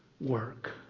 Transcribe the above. work